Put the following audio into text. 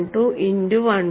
12 into 1